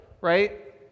right